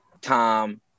Tom